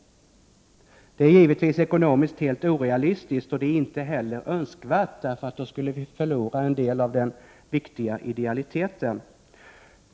Detta är givetvis ekonomiskt helt orealistiskt, och det är inte heller önskvärt, för då skulle vi förlora en del av den viktiga idealiteten.